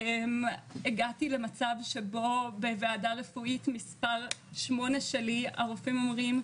הגעתי למצב שבו בוועדה רפואית מספר 8 שלי הרופאים אומרים,